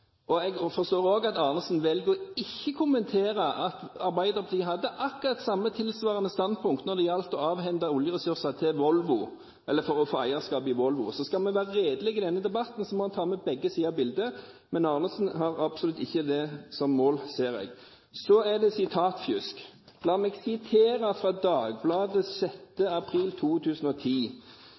Jeg forstår også at Arnesen velger ikke å kommentere at Arbeiderpartiet hadde akkurat tilsvarende standpunkt når det gjaldt å avhende oljeressurser til Volvo – eller for å få eierskap i Volvo. Så skal en være redelige i denne debatten, så må en ta med begge sider av bildet. Arnesen har absolutt ikke det som mål, ser jeg. Så er det sitatfusk: La meg sitere fra Dagbladet 6. april 2010.